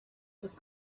des